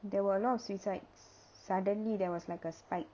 there were a lot of suicides suddenly there was like a spike